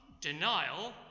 denial